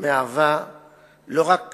מהווה לא רק